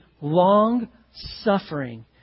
long-suffering